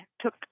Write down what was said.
took